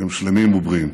שלמים ובריאים.